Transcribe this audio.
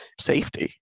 safety